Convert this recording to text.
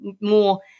more